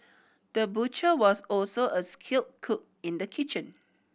the butcher was also a skilled cook in the kitchen